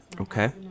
okay